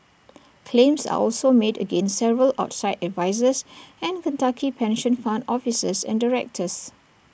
claims are also made against several outside advisers and Kentucky pension fund officers and directors